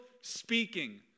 speaking